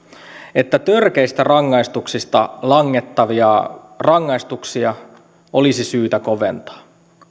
että törkeistä rangaistuksista langetettavia rangaistuksia olisi syytä koventaa